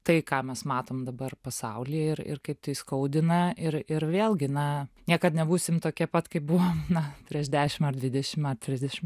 tai ką mes matom dabar pasauly ir ir kaip tai skaudina ir ir vėlgi na niekad nebūsim tokie pat kaip buvom na prieš dešim ar dvidešim ar trisdešim